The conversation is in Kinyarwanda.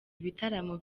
ibitaramo